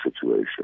situation